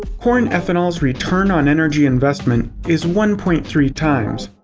corn ethanol's return on energy investment is one point three times.